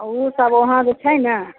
ओ सभ उहाँ जे छै ने